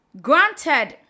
granted